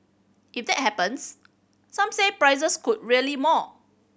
if that happens some said prices could rally more